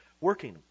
working